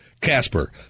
Casper